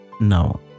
Now